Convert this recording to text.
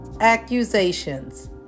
Accusations